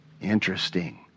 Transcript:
Interesting